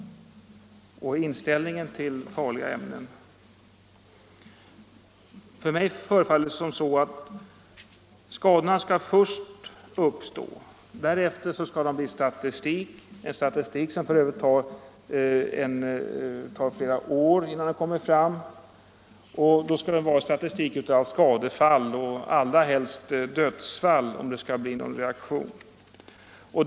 Mig förefaller ordningen vara den här: Skadorna skall först uppstå. Därefter skall de bli statistik, som det tar flera år att få fram. Statistiken skall visa på skadefall och allra helst dödsfall för att det skall bli någon reaktion.